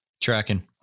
Tracking